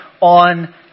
on